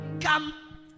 Come